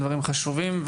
דברים חשובים.